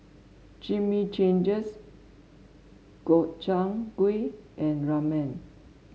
Chimichangas Gobchang Gui and Ramen